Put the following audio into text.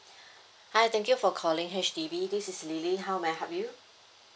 hi thank you for calling H_D_B this is lily how may I help you